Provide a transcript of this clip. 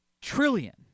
trillion